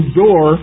door